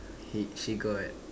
she she got